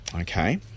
Okay